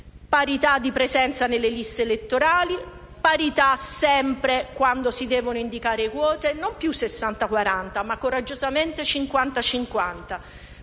parità di presenza nelle liste elettorali, parità sempre quando si devono indicare quote (non più 60 e 40 per cento, ma coraggiosamente 50